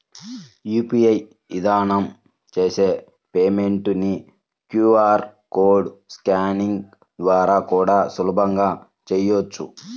UPI విధానం చేసే payment ని క్యూ.ఆర్ కోడ్ స్కానింగ్ ద్వారా కూడా సులభంగా చెయ్యొచ్చు